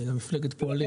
ועוד מפלגת פועלים.